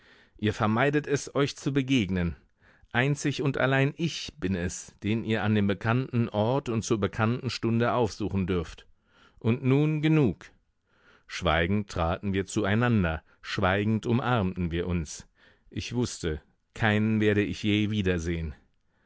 ihr vermeidet es euch zu begegnen einzig und allein ich bin es den ihr an dem bekannten ort und zur bekannten stunde aufsuchen dürft und nun genug schweigend traten wir zueinander schweigend umarmten wir uns ich wußte keinen werde ich je wiedersehen